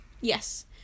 Yes